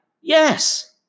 yes